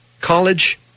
College